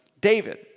David